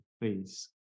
please